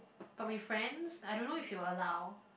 but with friends I don't know if she will allow